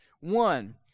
One